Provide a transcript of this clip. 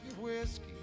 whiskey